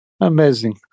Amazing